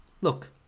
look